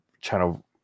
channel